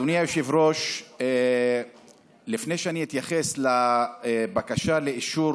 אדוני היושב-ראש, לפני שאתייחס לבקשה לאישור